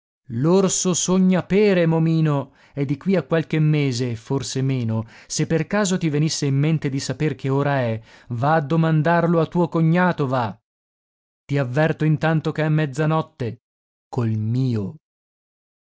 l'orso sogna pere momino e di qui a qualche mese e forse meno se per caso ti venisse in mente di saper che ora è va a domandarlo a tuo cognato va ti avverto intanto che è mezzanotte col mio